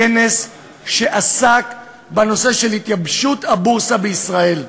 כנס שעסק בנושא של התייבשות הבורסה בישראל,